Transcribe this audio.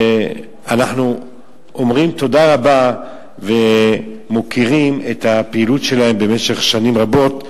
אנחנו אומרים תודה רבה ומוקירים את הפעילות שלהם במשך שנים רבות,